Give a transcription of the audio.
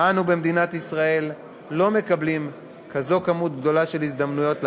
אנו במדינת ישראל לא מקבלים כזו כמות גדולה של הזדמנויות לחגוג.